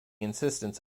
insistence